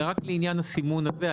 אלא רק לעניין הסימון הזה,